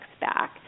back